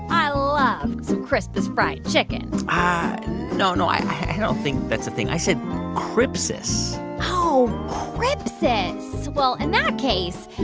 i love some crispus fried chicken ah no, no. i don't think that's a thing. i said crypsis oh, crypsis. well, in that case,